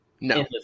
no